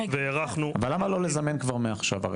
והארכנו --- אבל למה לא לזמן כבר מעכשיו?